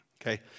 Okay